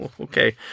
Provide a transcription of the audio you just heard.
Okay